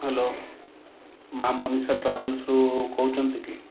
hello ମା ମନୀଷା ଟ୍ରାଭେଲ୍ସରୁ କହୁଛନ୍ତି କି